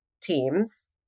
teams